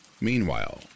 Meanwhile